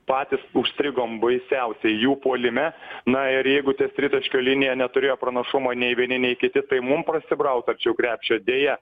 patys užstrigom baisiausiai jų puolime na ir jeigu ties tritaškio linija neturėjo pranašumo nei vieni nei kiti tai mum prasibraut arčiau krepšio deja